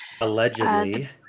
Allegedly